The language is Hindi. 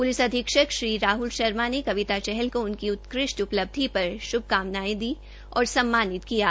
प्लिस अधीक्षक श्री राह्ल शर्मा ने कविता चहल को उनकी उत्कृष्ट उपलब्धि पर श्भकामनाएं दी तथा सम्मानित किया है